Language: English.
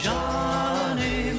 Johnny